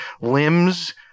limbs